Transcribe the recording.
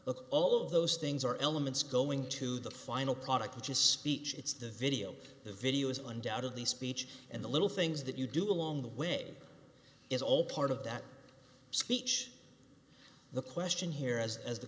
look all of those things are elements going to the final product which is speech it's the video the video is undoubtedly speech and the little things that you do along the way is all part of that speech the question here as as